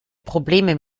probleme